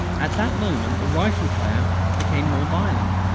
at that moment the rifle fire became more violent.